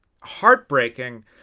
heartbreaking